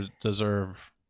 deserve